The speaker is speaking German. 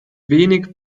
wenig